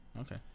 Okay